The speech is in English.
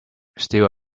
still